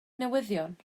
newyddion